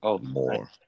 more